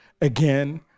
again